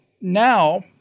now